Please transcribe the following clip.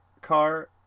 car